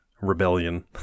rebellion